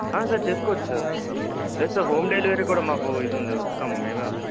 sir చేసుకోవచ్చు sir లేదు sir home delivery కూడా మాకు ఇదుంది వస్తాము మేమే వస్తాము